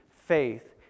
faith